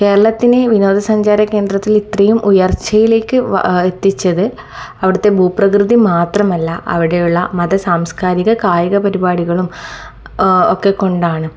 കേരളത്തിനെ ഈ വിനോദ സഞ്ചാര കേന്ദ്രത്തിൽ ഇത്രയും ഉയർച്ചയിലേക്ക് എത്തിച്ചത് അവിടുത്തെ ഭൂപ്രകൃതി മാത്രമല്ല അവിടെയുള്ള മത സാംസ്കാരിക കായിക പരിപാടികളും ഒക്കെ കൊണ്ടാണ്